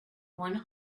one